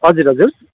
हजुर हजुर